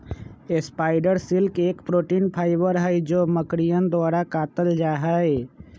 spider silk एक protein fibre हई जो मकड़ियन द्वारा कातल जाहई